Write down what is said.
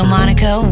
Monaco